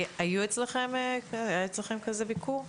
היה אצלכם ביקור כזה?